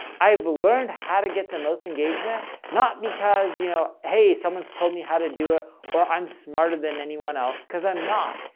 i've learned how to get the most engagement not because you know hey someone's told me how to do it or i'm smarter than anyone else, because i'm not.